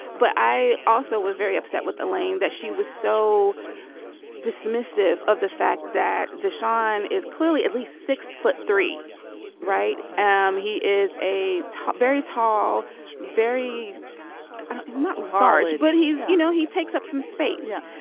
but i also was very upset with elaine that she was so dismissive of the fact that the shine is clearly at least six foot three right. um he is a top very tall very not large but he is you know he takes up some space. yeah.